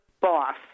boss